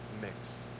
mixed